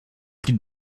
could